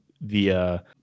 via